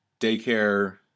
daycare